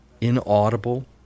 inaudible